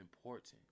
important